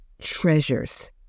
treasures